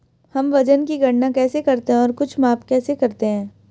हम वजन की गणना कैसे करते हैं और कुछ माप कैसे करते हैं?